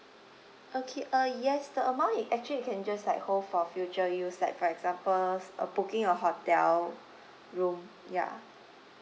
okay uh yes the amount it actually you can just like hold for future use like for example uh booking a hotel room ya